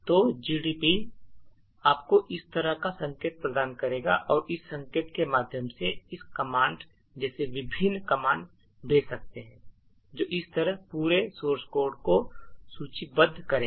तो gdb आपको इस तरह एक संकेत प्रदान करेगा और इस संकेत के माध्यम से इस commands जैसे विभिन्न कमांड भेज सकते हैं जो इस तरह पूरे source code को सूचीबद्ध करेगा